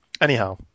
anyhow